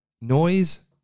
Noise